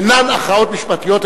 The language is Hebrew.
אינן הכרעות משפטיות,